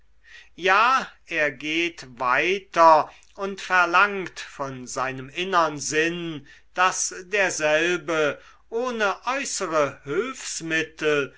ja er geht weiter und verlangt von seinem innern sinn daß derselbe ohne äußere hülfsmittel